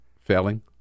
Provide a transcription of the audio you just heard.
failing